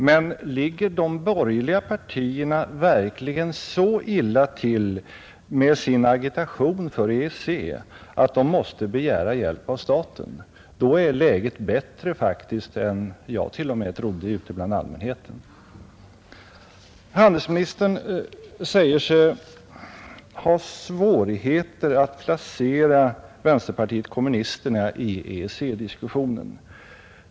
Men ligger de borgerliga partierna verkligen så illa till med sin agitation för EEC att de måste begära hjälp av staten? Då är läget faktiskt bättre ute bland allmänheten än vad till och med jag trott. Handelsministern säger sig ha svårigheter att placera vänsterpartiet kommunisterna i EEC-diskussionen.